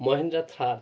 Mahindra Thar